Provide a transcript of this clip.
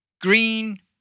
Green